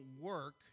work